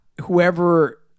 whoever